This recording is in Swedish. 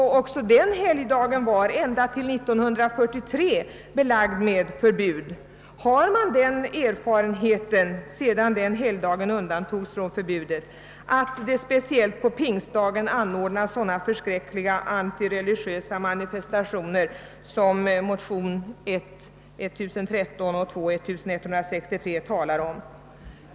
Också pingstdagen var ända till 1943 belagd med förbud. Har man den erfarenheten, sedan pingstdagen undantogs från förbudet, att det speciellt den dagen anordnas sådana förskräckliga antireligiösa manifestationer som motionerna I: 1013 och II: 1163 talar om?